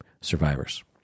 survivors